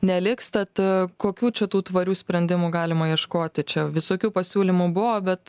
neliks tad kokių čia tų tvarių sprendimų galima ieškoti čia visokių pasiūlymų buvo bet